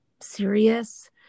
serious